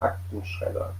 aktenschredder